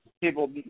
people